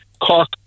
Cork